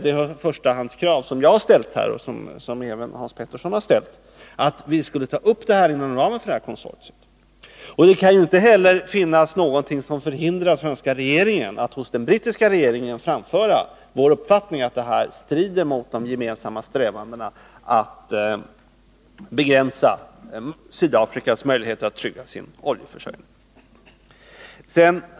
Det förstahandskrav som jag och även Hans Petersson i Hallstahammar har ställt är att vi skall ta upp saken inom konsortiet. Det kan inte heller finnas någonting som hindrar svenska regeringen att hos den brittiska regeringen framföra vår uppfattning att det här samarbetet strider mot de gemensamma strävandena att begränsa Sydafrikas möjligheter att trygga sin oljeförsörjning.